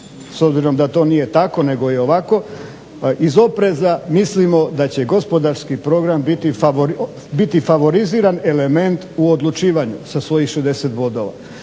s obzirom da to nije tako, nego je ovako iz opreza mislimo da će gospodarski program biti favoriziran element u odlučivanju sa svojih 60 bodova.